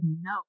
no